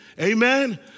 Amen